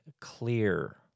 clear